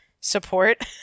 support